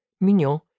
Mignon